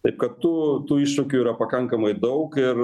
taip kad tų tų iššūkių yra pakankamai daug